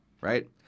right